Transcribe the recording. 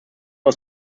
aus